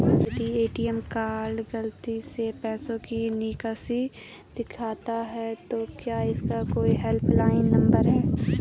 यदि ATM card गलती से पैसे की निकासी दिखाता है तो क्या इसका कोई हेल्प लाइन नम्बर है?